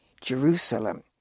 Jerusalem